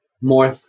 more